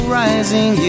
rising